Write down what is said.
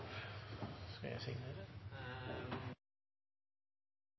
skal. Jeg